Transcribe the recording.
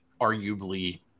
arguably